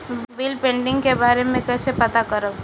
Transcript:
Bill pending के बारे में कईसे पता करब?